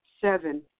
Seven